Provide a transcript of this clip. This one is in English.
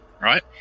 right